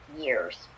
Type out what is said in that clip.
years